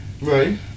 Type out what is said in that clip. Right